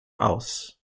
aus